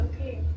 okay